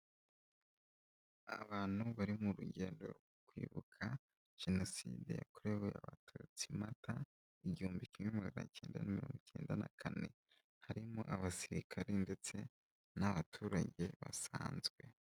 Abantu bari mu rugendo rwo kwibuka Jenoside yakorewe Abatutsi Mata, igihumbi kimwe magana icyenda na mirongo icyenda na kane, harimo abasirikare ndetse n'abaturage basanzwe.